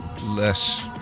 less